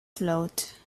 float